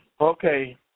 Okay